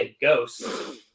Ghosts